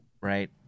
right